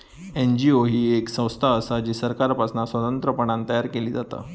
NGO ही येक संस्था असा जी सरकारपासना स्वतंत्रपणान तयार केली जाता